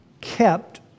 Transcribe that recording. kept